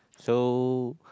so